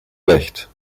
recht